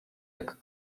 jak